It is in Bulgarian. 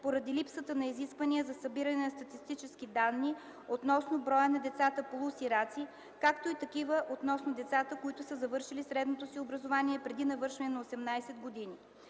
поради липсата на изисквания за събиране на статистически данни относно броя на децата полусираци, както и такива относно децата, които са завършили средното си образование преди навършване на 18 години.